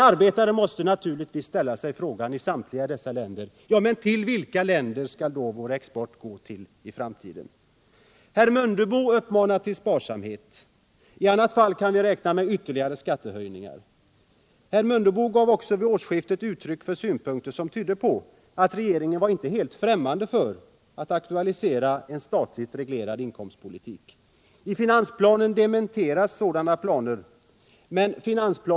Arbetarna i samtliga dessa länder måste naturligtvis ställa sig frågan: Till vilka länder skall då vår export gå i framtiden? Herr Mundebo uppmanar till sparsamhet; i annat fall måste vi räkna med ytterligare skattehöjningar. Herr Mundebo gav också vid årsskiftet uttryck för synpunkter, som tydde på att regeringen inte var främmande för att aktualisera en statligt reglerad inkomstpolitik. I finansplanen dementeras att sådana planer föreligger.